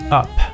up